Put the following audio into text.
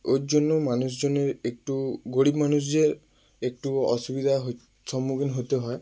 ওর জন্য মানুষজনের একটু গরিব মানুষদের একটু অসুবিধা হত সম্মুখীন হতে হয়